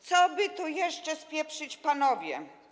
Co by tu jeszcze spieprzyć, Panowie?